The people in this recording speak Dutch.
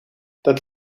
dat